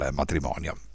matrimonio